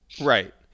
right